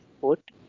put